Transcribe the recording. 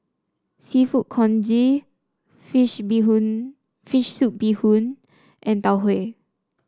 seafood congee fish Bee Hoon fish soup Bee Hoon and Tau Huay